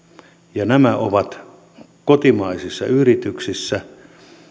ja nämä ovat kotimaisissa yrityksissä